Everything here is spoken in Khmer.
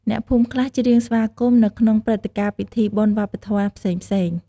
អ្នកភូមិខ្លះច្រៀងស្វាគមន៍ នៅក្នុងព្រឹត្តិការណ៍ពិធីបុណ្យវប្បធម៌ផ្សេងៗ។